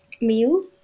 meal